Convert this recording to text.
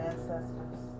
ancestors